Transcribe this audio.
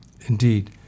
Indeed